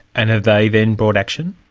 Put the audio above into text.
and have they then brought action?